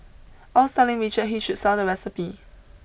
I was telling Richard he should sell the recipe